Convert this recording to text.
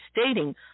stating